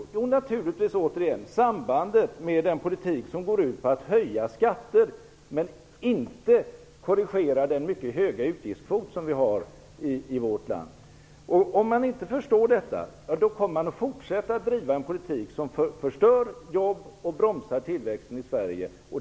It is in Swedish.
Jo, återigen beror det naturligtvis på sambandet med den politik som går ut på att höja skatter men inte korrigera den mycket höga utgiftskvot som vi har i vårt land. Om man inte förstår detta kommer man att fortsätta att driva en politik som förstör jobb och bromsar tillväxten i Sverige.